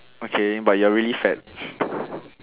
okay but you're really fat